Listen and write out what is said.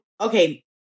okay